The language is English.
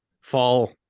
fall